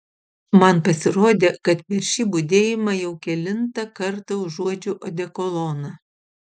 man pasirodė kad per šį budėjimą jau kelintą kartą užuodžiu odekoloną